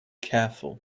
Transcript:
careful